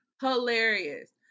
Hilarious